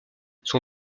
son